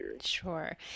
Sure